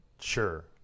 Sure